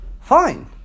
Fine